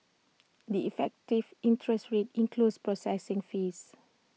the effective interest rate includes processing fees